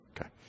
Okay